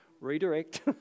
Redirect